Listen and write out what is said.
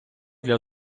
для